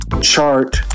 chart